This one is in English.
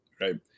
right